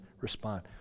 respond